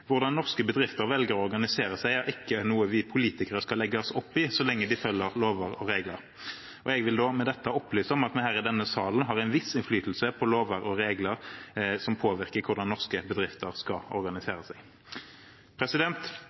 norske bedrifter velger å organisere seg er ikke noe vi som politikere skal legge oss opp i så lenge de følger lover og regler.» Jeg vil da opplyse om at vi i denne salen har en viss innflytelse på lover og regler som påvirker hvordan norske bedrifter skal organisere seg.